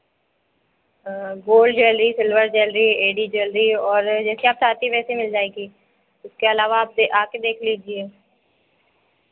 gold jewellery silver jewellery A D jewellery और जैसे आप चाहती हैं वैसे मिल जाएगी उसके अलावा आप आके देख लीजिए